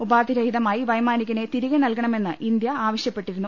ഉപാധിരഹിതമായി വൈമാനികനെ തിരികെ നൽകണമെന്ന് ഇന്ത്യ ആവശ്യപ്പെട്ടിരുന്നു